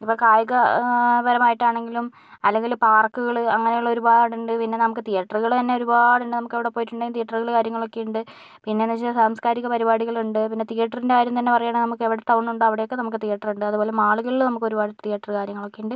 ഇപ്പം കായിക പരമായിട്ടാണെങ്കിലും അല്ലങ്കില് പാർക്കുകള് അങ്ങനേള്ള ഒരുപാട് ഉണ്ട് പിന്നെ നമുക്ക് തിയേറ്ററുകള് തന്നെ ഒരുപാട് ഉണ്ട് നമുക്കവിടെ പോയിട്ടുണ്ടെങ്കിൽ തിയേറ്ററുകള് കാര്യങ്ങളൊക്കെ ഉണ്ട് പിന്നെന്ന് വച്ചാ സാംസ്കാരിക പരിപാടികളൊണ്ട് പിന്നെ തിയേറ്ററിൻ്റെ കാര്യം തന്നെ പറയുവാണേൽ നമുക്ക് എവിടെ ടൗൺ ഉണ്ടോ അവിടേക്കെ നമുക്ക് തിയേറ്ററുണ്ട് അതുപോലെ മാളുകളില് നമുക്ക് ഒരുപാട് തിയേറ്ററുകൾ കാര്യങ്ങളൊക്കെ ഇണ്ട്